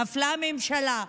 נפלה הממשלה,